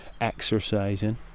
exercising